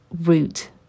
root